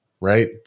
right